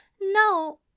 No